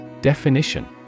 Definition